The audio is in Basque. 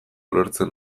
ulertzen